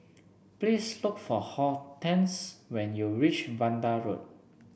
please look for Hortense when you reach Vanda Road